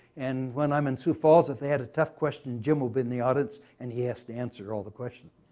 and when i'm in sioux falls, if they had a tough question, jim will be in the audience and he has to answer all the questions.